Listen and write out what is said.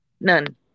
none